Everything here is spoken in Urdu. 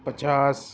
پچاس